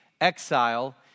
exile